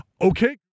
okay